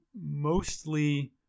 mostly